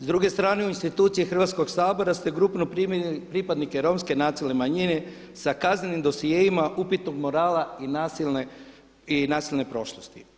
S druge strane u institucije Hrvatskog sabora ste grupno primili pripadnike Romske nacionalne manjine sa kaznenim dosjeima upitnog morala i nasilne prošlosti.